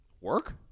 Work